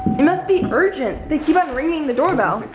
it must be urgent they keep on ringing the door bell